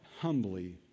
humbly